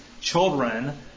children